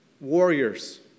Warriors